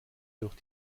durch